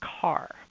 car